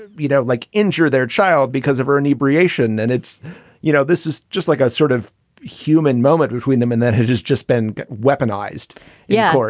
and you know, like injure their child because of ernie britian. and it's you know, this is just like a sort of human moment between them and that has just just been weaponized yeah.